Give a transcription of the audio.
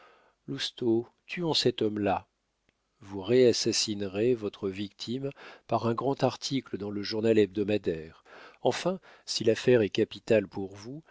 lousteau tuons cet homme-là vous réassassinerez votre victime par un grand article dans le journal hebdomadaire enfin si l'affaire est capitale pour vous